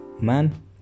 MAN